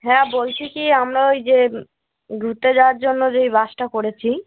হ্যাঁ বলছি কি আমরা ওই যে ঘুরতে যাওয়ার জন্য যেই বাসটা করেছি